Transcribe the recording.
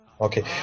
Okay